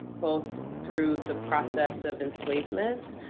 both through the process of enslavement,